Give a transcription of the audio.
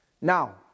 Now